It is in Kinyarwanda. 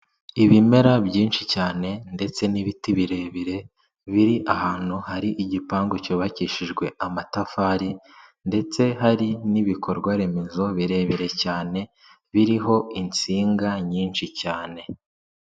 Ibimera byinshi cyane ndetse n'ibiti birebire biri ahantu hari igipangu cyubakishijwe amatafari ndetse hari n'ibikorwa remezo birebire cyane biriho insinga nyinshi cyane.